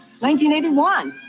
1981